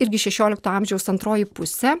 irgi šešiolikto amžiaus antroji pusė